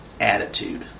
attitude